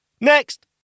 Next